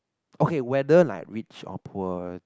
okay whether like rich or poor